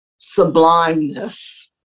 sublimeness